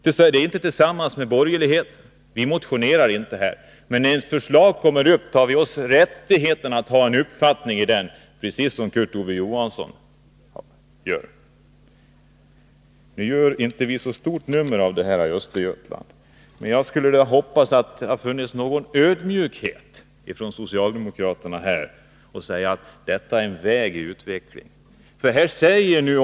Men vpk agerar inte tillsammans med borgerligheten. Vi har inte motionerat i frågan, men när ett förslag förs fram tar vi oss rätten att redovisa en uppfattning om det, precis som Kurt Ove Johansson. Vi gör inte så stort nummer av frågan när det gäller Östergötland, men jag vill ändå säga att jag hade hoppats att det skulle ha funnits någon ödmjukhet från socialdemokratiskt håll, så att man sagt att det vi föreslagit kunde vara en väg i utvecklingen.